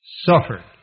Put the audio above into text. suffered